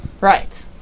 Right